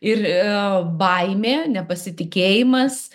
ir baimė nepasitikėjimas